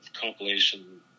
compilation